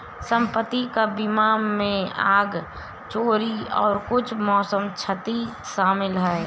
संपत्ति का बीमा में आग, चोरी और कुछ मौसम क्षति शामिल है